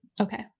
Okay